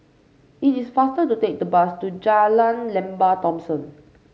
it is faster to take the bus to Jalan Lembah Thomson